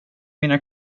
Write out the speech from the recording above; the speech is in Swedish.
mina